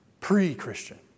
pre-Christian